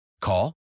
Call